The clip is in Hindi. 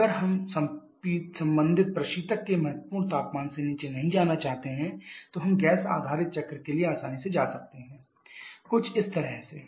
अगर हम संबंधित प्रशीतक के महत्वपूर्ण तापमान से नीचे नहीं जाना चाहते हैं तो हम गैस आधारित चक्र के लिए आसानी से जा सकते हैं कुछ इस तरह से